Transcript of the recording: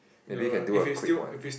maybe we can do a quick one